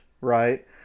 right